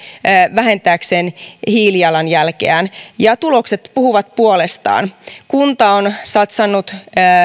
vähentääkseen hiilijalanjälkeään ja tulokset puhuvat puolestaan kunta on satsannut